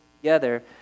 together